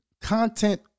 content